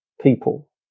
people